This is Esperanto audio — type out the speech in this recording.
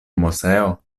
moseo